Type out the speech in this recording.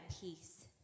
peace